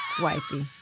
wifey